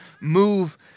move